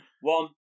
One